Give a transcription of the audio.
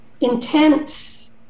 intense